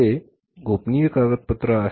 हे अत्यंत गोपनीय कागदपत्र आहे